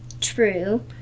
true